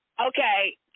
Okay